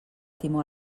timó